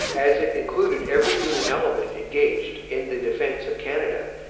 as it included every human element engaged in the defence of canada,